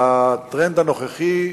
בטרנד הנוכחי,